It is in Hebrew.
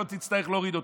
שלא תצטרך להוריד אותי,